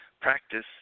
practice